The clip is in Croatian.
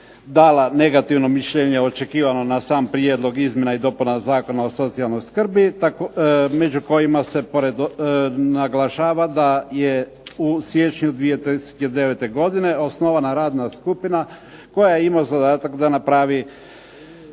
dala negativno mišljenje očekivano na sam Prijedlog izmjena i dopuna Zakona o socijalnoj skrbi među kojima se naglašava da je u siječnju 2009. godine osnovana radna skupina koja ima zadatak da napravi